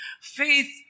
faith